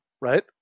right